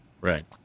Right